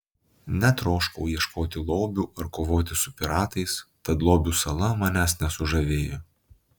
netroškau ieškoti lobių ar kovoti su piratais tad lobių sala manęs nesužavėjo